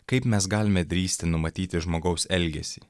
kaip mes galime drįsti numatyti žmogaus elgesį